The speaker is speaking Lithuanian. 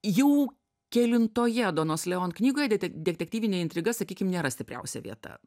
jau kelintoje donos leon knygoje dete detektyvinė intriga sakykim nėra stipriausia vieta